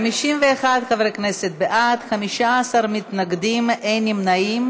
51 חברי כנסת בעד, 15 מתנגדים, אין נמנעים.